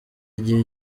igihe